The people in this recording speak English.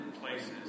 places